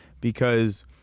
because-